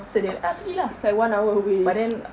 so they ah pergi lah but then